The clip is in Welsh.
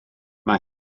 mae